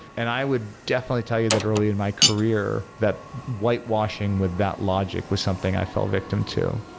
and i would definitely tell you that early in my career, that whitewashing with that logic was something i fell victim to.